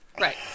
Right